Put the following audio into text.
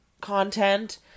content